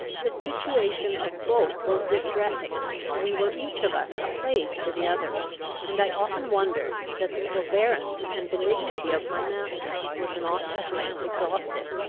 the situation of both was distressing we were each of us a plague to the other and i often wondered, that the forbearance and benignity of my master was not at length exhausted,